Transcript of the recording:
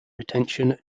retention